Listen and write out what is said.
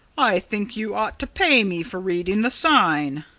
i think you ought to pay me for reading the sign.